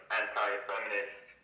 anti-feminist